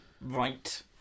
right